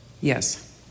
Yes